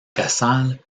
casal